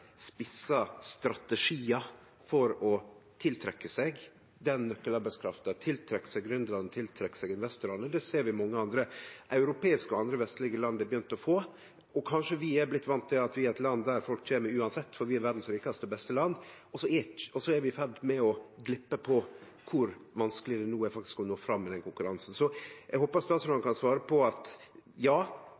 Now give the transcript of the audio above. spissa strategiar for å tiltrekkje seg arbeidskrafta, gründarane og investorane. Det ser vi at mange andre europeiske og vestlege land har begynt å få, og kanskje er vi blitt vande til at vi er eit land folk kjem til uansett fordi vi er verdas rikaste og beste land – og så er vi i ferd med å gløyme kor vanskeleg det no faktisk er å nå fram i konkurransen. Så eg håpar statsråden kan svare at ja, her må vi faktisk ta nye initiativ, ikkje berre ved at lov- og regelverk skal vere på plass, men at